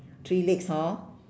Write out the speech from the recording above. three legs hor